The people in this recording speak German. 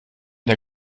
der